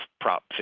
Prop